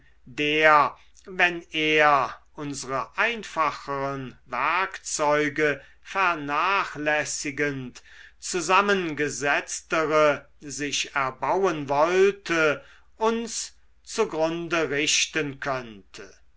der wenn er unsere einfacheren werkzeuge vernachlässigend zusammengesetztere sich erbauen wollte uns zugrunde richten könnte